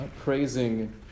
praising